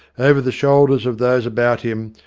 over the shoulders of those about him,